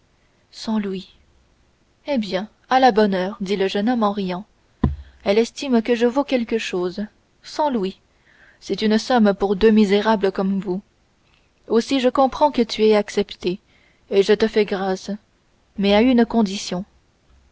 cent louis eh bien à la bonne heure dit le jeune homme en riant elle estime que je vaux quelque chose cent louis c'est une somme pour deux misérables comme vous aussi je comprends que tu aies accepté et je te fais grâce mais à une condition